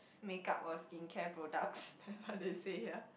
s~ make-up or skincare products that's what they say here